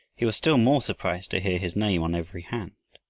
he was still more surprised to hear his name on every hand.